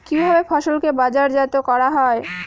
কিভাবে ফসলকে বাজারজাত করা হয়?